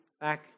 back